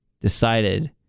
Decided